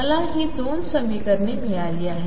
तर मला ही दोन समीकरणे मिळाली आहेत